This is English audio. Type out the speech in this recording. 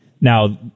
Now